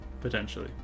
Potentially